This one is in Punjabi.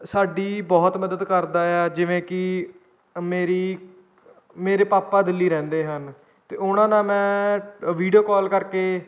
ਸਾਡੀ ਬਹੁਤ ਮਦਦ ਕਰਦਾ ਆ ਜਿਵੇਂ ਕਿ ਅ ਮੇਰੀ ਮੇਰੇ ਪਾਪਾ ਦਿੱਲੀ ਰਹਿੰਦੇ ਹਨ ਅਤੇ ਉਹਨਾਂ ਨਾਲ ਮੈਂ ਵੀਡੀਓ ਕਾਲ ਕਰ ਕੇ